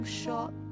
shot